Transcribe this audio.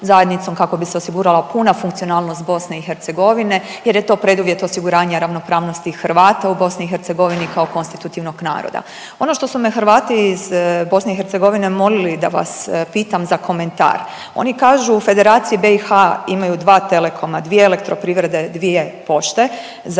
kako bi se osigurala puna funkcionalnost BIH jer je to preduvjet osiguranja ravnopravnosti Hrvata u BIH kao konstitutivnog naroda. Ono što su me Hrvati iz BIH molili da vas pitam za komentar. Oni kažu u Federaciji BIH imaju dva telekoma, dvije elektroprivrede, dvije pošte,